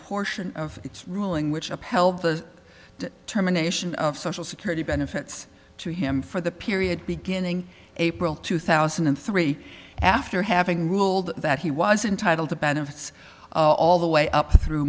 portion of its ruling which a pelvis terminations of social security benefits to him for the period beginning april two thousand and three after having ruled that he was entitle to benefits all the way up through